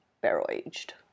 barrel-aged